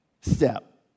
step